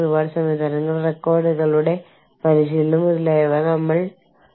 പ്രാദേശിക ഓഫീസുകൾക്ക് അവ കോർപ്പറേറ്റ് ആസൂത്രണത്തിൽ നിന്ന് വിട്ടുനിൽക്കുന്നതായി പലപ്പോഴും തോന്നുന്നു